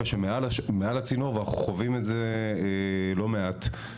שמעל הצינור ואנחנו חווים את זה לא מעט.